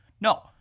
No